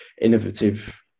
innovative